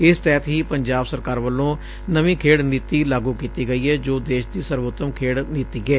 ਇਸ ਤਹਿਤ ਹੀ ਪੰਜਾਬ ਸਰਕਾਰ ਵੱਲੋਂ ਨਵੀਂ ਖੇਡ ਨੀਤੀ ਲਾਗੂ ਕੀਤੀ ਗਈ ਏ ਜੋ ਦੇਸ਼ ਦੀ ਸਰਬਉੱਤਮ ਖੇਡ ਨੀਤੀ ਏ